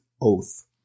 oath